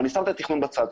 אבל אני שם את התכנון בצד.